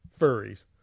furries